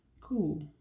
Cool